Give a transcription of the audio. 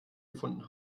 gefunden